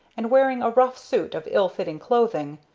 and wearing a rough suit of ill-fitting clothing,